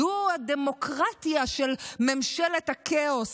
זו ה"דמוקרטיה" של ממשלת הכאוס.